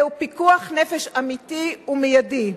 זהו פיקוח נפש אמיתי ומיידי.